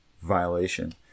violation